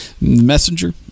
Messenger